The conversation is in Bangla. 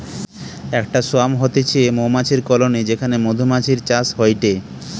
একটা সোয়ার্ম হতিছে মৌমাছির কলোনি যেখানে মধুমাছির চাষ হয়টে